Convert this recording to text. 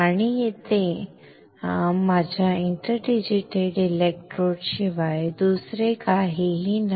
आणि ते माझ्या इंटरडिजिटेटेड इलेक्ट्रोड्स शिवाय दुसरे काहीही नाही